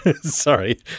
Sorry